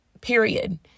period